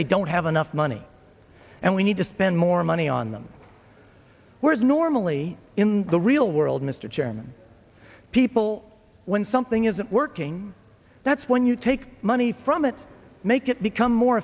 they don't have enough money and we need to spend more money on them whereas normally in the real world mr chairman people when something isn't working that's when you take money from it make it become more